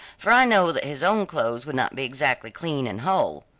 for i know that his own clothes would not be exactly clean and whole.